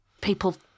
people